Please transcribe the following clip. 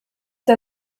der